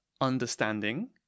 understanding